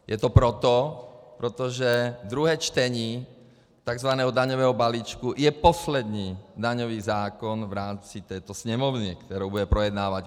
Je to proto, protože druhé čtení tzv. daňového balíčku je poslední daňový zákon v rámci této Sněmovny, kterou bude projednávat.